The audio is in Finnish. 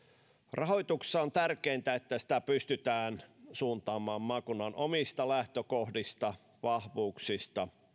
rahoituksessa on tärkeintä että sitä pystytään suuntaamaan maakunnan omiin lähtökohtiin vahvuuksiin